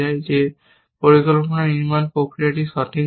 যে পরিকল্পনা নির্মাণ প্রক্রিয়াটি সঠিক নয়